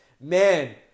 Man